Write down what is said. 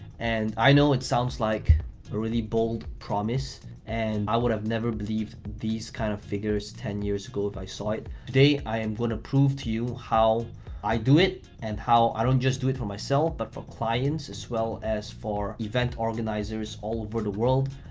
and i know it sounds like a really bold promise and i would have never believed these kind of figures ten years ago if i saw it, today i am gonna prove to you how i do it and how i don't just do it for myself but for clients as well as for event organizers all over the world,